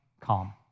calm